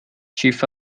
chief